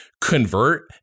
convert